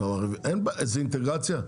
זה אינטגרציה?